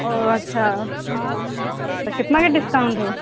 ओ अच्छा तऽ कितनाके डिस्काउंट हो